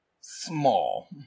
small